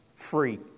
Free